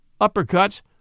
uppercuts